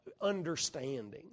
understanding